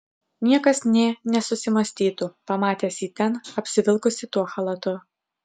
niekas nė nesusimąstytų pamatęs jį ten apsivilkusį tuo chalatu